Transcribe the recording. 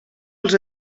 els